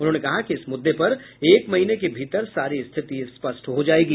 उन्होंने कहा कि इस मुद्दे पर एक महीने के भीतर सारी स्थिति स्पष्ट हो जायेगी